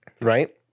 Right